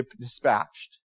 dispatched